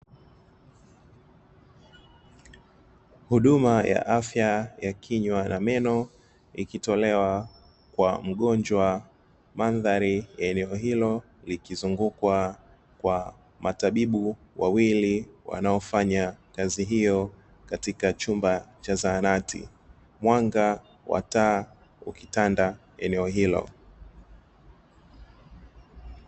Huduma ya afya ya kinywa na meno ikitolewa kwa mgonjwa mandhari ya eneo hilo likizungukwa kwa matabibu wawili wanaofanya kazi hiyo katika chumba cha zahanati mwanga wa taa ukitanda eneo hilo.